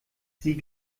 sie